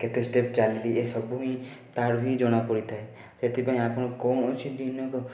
କେତେ ଷ୍ଟେପ୍ ଚାଲିଲି ଏସବୁ ହିଁ ତାର ବି ଜଣା ପଡ଼ିଥାଏ ସେଥିପାଇଁ ଆପଣ କୌଣସି ଦିନକୁ